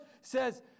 says